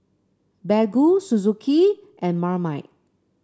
Baggu Suzuki and Marmite